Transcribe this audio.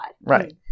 right